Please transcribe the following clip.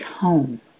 home